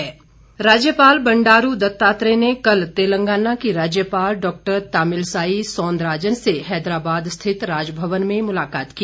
राज्यपाल राज्यपाल बंडारू दत्तात्रेय ने कल तेलंगाना की राज्यपाल डॉक्टर तामिलसाई सौंदराजन से हैदराबाद स्थित राजभवन में मुलाकात की